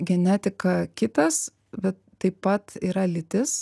genetika kitas bet taip pat yra lytis